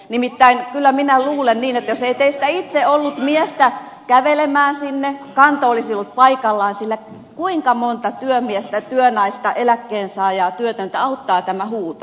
nimittäin kyllä minä luulen niin että jos ei teissä itsessänne ollut miestä kävelemään sinne kanto olisi ollut paikallaan sillä kuinka montaa työmiestä työnaista eläkkeensaajaa työtöntä auttaa tämä huuto